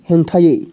हेंथायै